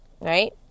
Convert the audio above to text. right